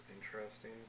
interesting